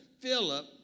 Philip